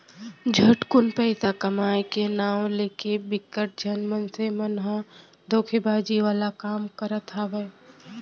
झटकुन पइसा कमाए के नांव लेके बिकट झन मनसे मन ह धोखेबाजी वाला काम करत हावय